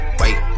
wait